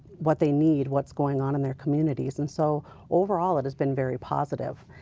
what they need, what is going on in their communities, and so overall it has been very positive.